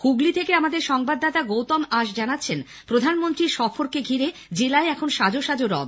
হুগলী থেকে আমাদের সংবাদদাতা গৌতম আশ জানাচ্ছেন প্রধানমন্ত্রীর সফরকে ঘিরে জেলায় এখন সাজো সাজো রব